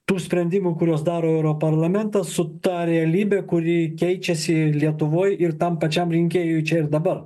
tų sprendimų kuriuos daro europarlamentas su ta realybė kuri keičiasi lietuvoj ir tam pačiam rinkėjui čia ir dabar